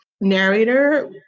narrator